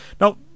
Now